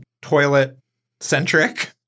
toilet-centric